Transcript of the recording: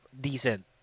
decent